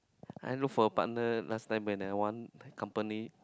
I look for a partner last time when I want company